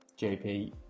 JP